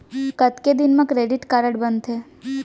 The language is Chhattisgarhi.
कतेक दिन मा क्रेडिट कारड बनते?